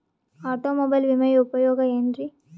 Automobile ವಿಮೆಯ ಉಪಯೋಗ ಏನ್ರೀ?